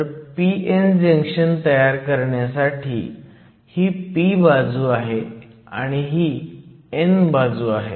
तर p n junction तयार करण्यासाठी ही p बाजू आहे आणि ही n बाजू आहे